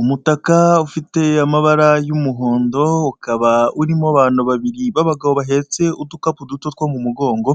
Umutaka ufite amabara y'umuhondo ukaba urimo abantu babiri b'abagabo bahetse udukapu duto two mu mugongo